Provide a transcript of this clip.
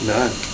None